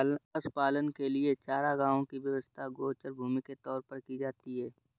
पशुपालन के लिए चारागाहों की व्यवस्था गोचर भूमि के तौर पर की जाती है